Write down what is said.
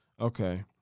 Okay